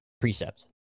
precept